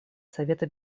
совета